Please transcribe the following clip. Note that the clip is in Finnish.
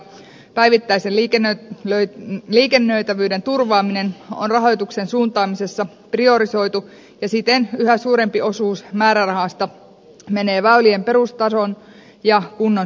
päivittäisen liikennöitävyyden turvaaminen on rahoituksen suuntaamisessa priorisoitu ja siten yhä suurempi osuus määrärahasta menee väylien perustason ja kunnon säilyttämiseen